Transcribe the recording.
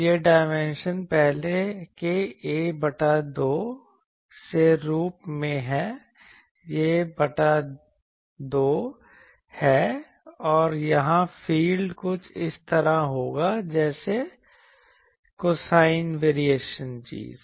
अब यह डायमेंशन पहले के a बटा 2 से रूप में है यह b बटा 2 है और यहाँ फील्ड कुछ इस तरह होगा जैसे कोसाइन वेरिएशन चीज़